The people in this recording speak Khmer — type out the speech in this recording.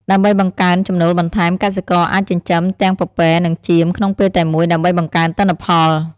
ដើម្បីបង្កើនចំណូលបន្ថែម កសិករអាចចិញ្ចឹមទាំងពពែនិងចៀមក្នុងពេលតែមួយដើម្បីបង្កើនទិន្នផល។